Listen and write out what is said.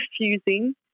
confusing